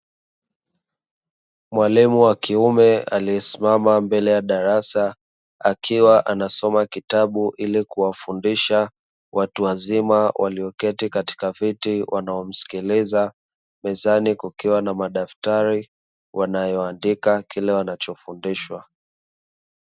Mwalimu wa kiume aliyesimama mbele ya darasa akiwa anasoma kitabu, ili kuwafundisha watu wazima walioketi katika viti wanamsikiliza, mezani kukiwa na madaftari wanayoandika kile wanachofundishwa.